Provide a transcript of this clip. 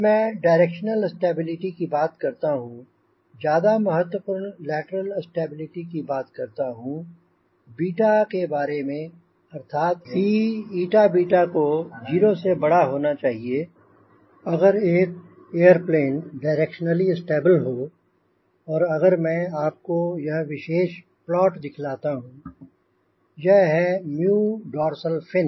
जब मैं directional stability की बात करता हूंँ ज्यादा महत्वपूर्ण लैटरल स्टेबिलिटी की बात करता हूँ बीटा के बारे में अर्थात C को 0 से बड़ा होना चाहिए अगर एक एयरप्लेन डायरेक्शनली स्टेबल हो और अगर मैं आपको यह विशेष प्लॉट दिखाता हूंँ यह है म्यू डोर्सल फिन